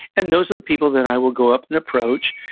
and those are the people that i will go up and approach.